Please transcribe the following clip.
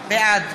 בעד